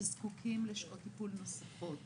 שזקוקים לשעות טיפול נוספות